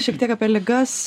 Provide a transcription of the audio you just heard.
šiek tiek apie ligas